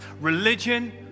Religion